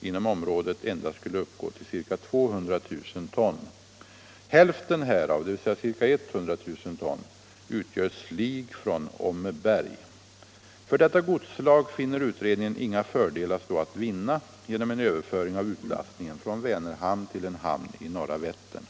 inom området endast skulle uppgå till ca 200 000 ton. Hälften härav — dvs. ca 100 000 ton — utgör slig från Åmmeberg. För detta godsslag finner utredningen inga fördelar stå att vinna genom en överföring av utlastningen från Vänerhamnen till en hamn i norra Vättern.